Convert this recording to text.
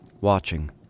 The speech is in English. watching